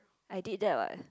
I did that what